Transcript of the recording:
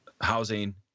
housing